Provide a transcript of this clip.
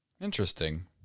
Interesting